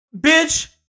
bitch